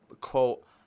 quote